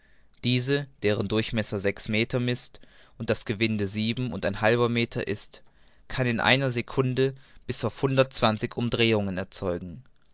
diese deren durchmesser sechs meter mißt und das gewinde sieben und ein halb meter kann in einer secunde bis auf hundertundzwanzig umdrehungen erzeugen